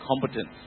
competence